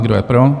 Kdo je pro?